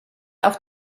auf